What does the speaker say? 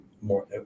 more